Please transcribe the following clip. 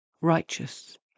righteous